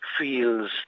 feels